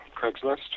Craigslist